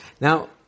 Now